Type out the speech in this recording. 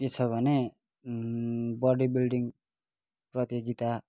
के छ भने बडी बिल्डिङ प्रतियोगिता